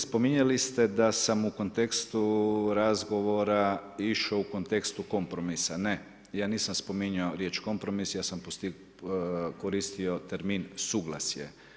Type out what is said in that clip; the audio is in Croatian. Spominjali ste da su kontekstu razgovora išao u kontekstu kompromisa, ne, ja nisam spominjao riječ kompromis, ja sam koristio termin suglasje.